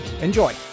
Enjoy